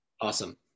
Awesome